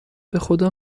بخدا